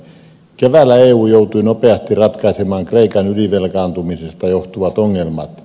keväällä eu joutui nopeasti ratkaisemaan kreikan ylivelkaantumisesta johtuvat ongelmat